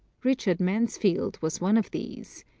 richard mansfield was one of these.